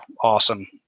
Awesome